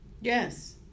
Yes